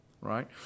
right